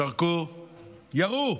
שרקו, ירו,